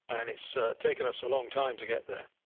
and it's ah taken us a long time to get there.